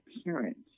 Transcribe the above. appearance